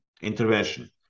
intervention